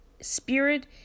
spirit